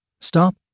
Stop